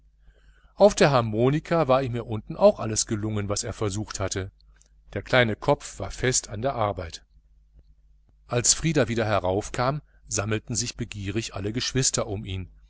auf der harmonika war ihm hier unten auch alles gelungen was er versucht hatte der kleine kopf war fest an der arbeit als frieder wieder heraufkam sammelten sich begierig alle geschwister um ihn